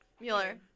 Mueller